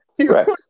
Correct